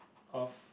of